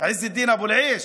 עז א-דין אבו-אל-עייש,